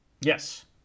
yes